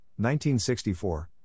1964